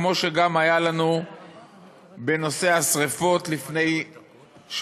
כמו שגם היה לנו בשרפות לפני שבוע,